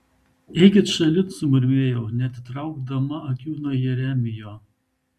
eikit šalin sumurmėjau neatitraukdama akių nuo jeremijo